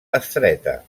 estreta